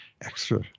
extra